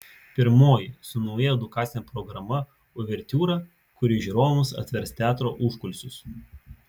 pirmoji su nauja edukacine programa uvertiūra kuri žiūrovams atvers teatro užkulisius